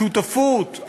שותפות,